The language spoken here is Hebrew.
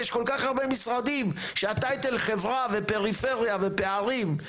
יש כל כך הרבה משרדים שה-title חברה ופריפריה ופערים.